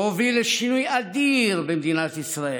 והוביל לשינוי אדיר במדינת ישראל: